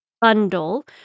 bundle